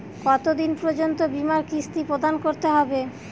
কতো দিন পর্যন্ত বিমার কিস্তি প্রদান করতে হবে?